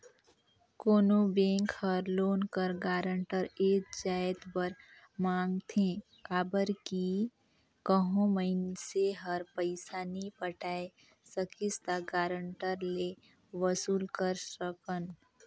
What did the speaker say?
कोनो बेंक हर लोन कर गारंटर ए जाएत बर मांगथे काबर कि कहों मइनसे हर पइसा नी पटाए सकिस ता गारंटर ले वसूल कर सकन